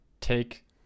take